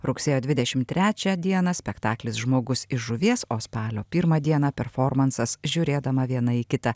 rugsėjo dvidešimt trečią dieną spektaklis žmogus iš žuvies o spalio pirmą dieną performansas žiūrėdama viena į kitą